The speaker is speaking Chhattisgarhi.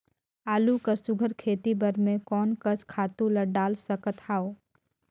आलू कर सुघ्घर खेती बर मैं कोन कस खातु ला डाल सकत हाव?